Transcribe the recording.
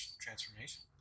transformation